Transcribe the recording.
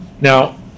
Now